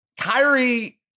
Kyrie